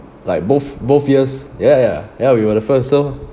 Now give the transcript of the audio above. like both both years ya ya ya we were the first so